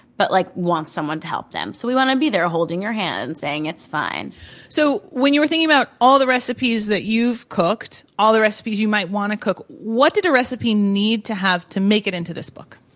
but, like, wants someone to help them. so we want to be there, holding your hand, and saying it's fine so, when you were thinking about all the recipes that you've cooked, all the recipes you might want to cook, what did a recipe need to have to make it into this book?